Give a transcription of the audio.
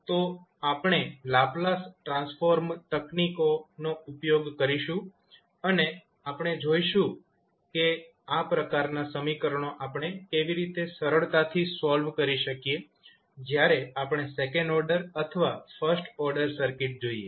તો આપણે Laplace transform તકનીકોનો ઉપયોગ કરીશું અને આપણે જોઈશું કે આ પ્રકારના સમીકરણો આપણે કેવી રીતે સરળતાથી સોલ્વ કરી શકીએ જ્યારે આપણે સેકન્ડ ઓર્ડર અથવા ફર્સ્ટ ઓર્ડર સર્કિટ જોઈએ